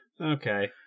Okay